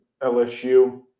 LSU